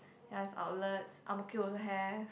ya it has outlets ang-mo-kio also have